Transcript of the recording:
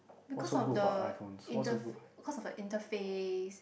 because of the interf~ because of the interface